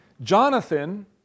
Jonathan